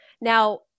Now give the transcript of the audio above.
Now